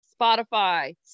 Spotify